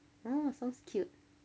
oh sounds cute